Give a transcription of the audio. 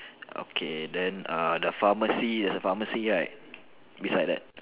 okay then err the pharmacy is pharmacy right beside that